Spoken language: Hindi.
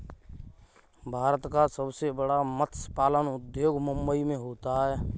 भारत का सबसे बड़ा मत्स्य पालन उद्योग मुंबई मैं होता है